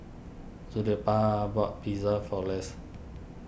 Zilpah bought Pizza for Less